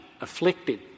afflicted